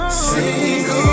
single